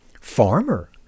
farmer